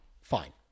fine